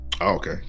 Okay